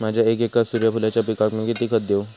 माझ्या एक एकर सूर्यफुलाच्या पिकाक मी किती खत देवू?